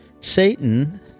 Satan